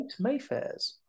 Mayfairs